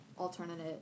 alternative